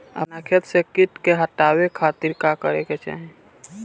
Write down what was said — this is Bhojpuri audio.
अपना खेत से कीट के हतावे खातिर का करे के चाही?